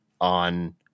on –